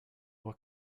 what